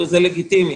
וזה לגיטימי.